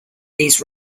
these